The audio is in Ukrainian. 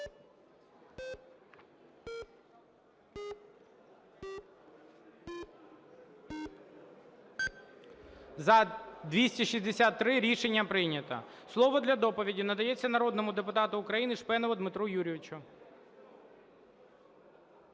За – 263 Рішення прийнято. Слово для доповіді надається народному депутату України Шпенову Дмитру Юрійовичу.